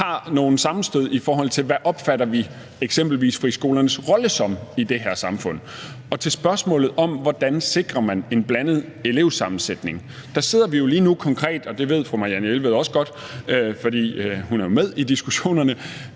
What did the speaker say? har nogle sammenstød, i forhold til hvad vi opfatter eksempelvis friskolernes rolle som i det her samfund. Til spørgsmålet om, hvordan man sikrer en blandet elevsammensætning, vil jeg sige, at vi lige nu sidder konkret – og det ved fru Marianne Jelved også godt, for hun er med i diskussionerne